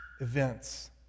events